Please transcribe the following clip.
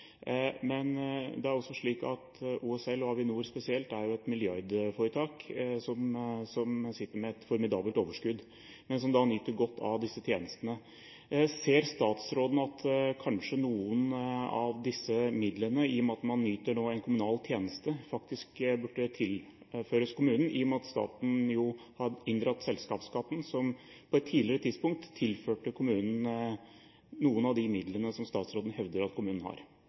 Men det er også slik at OSL og Avinor, spesielt, er et milliardforetak som sitter med et formidabelt overskudd, men som nyter godt av disse tjenestene. Ser statsråden at kanskje noen av disse midlene – i og med at man nå yter en kommunal tjeneste – faktisk burde tilføres kommunen, siden staten jo har inndratt selskapsskatten, som på et tidligere tidspunkt tilførte kommunen noen av de midlene som statsråden hevder at kommunen har?